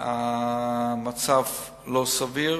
שהמצב לא סביר